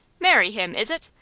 marry him, is it?